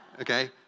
Okay